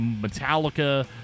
Metallica